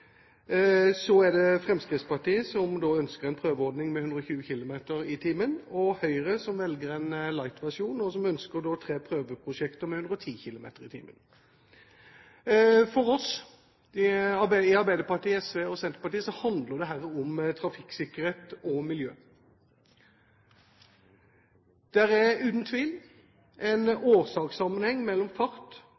Så er det Fremskrittspartiet, som ønsker en prøveordning med 120 km/t, og Høyre, som velger en «light»-versjon, og som ønsker tre prøveprosjekter med 110 km/t. For oss i Arbeiderpartiet, SV og Senterpartiet handler dette om trafikksikkerhet og miljø. Det er uten tvil en